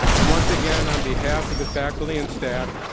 and once again on behalf of the faculty and staff,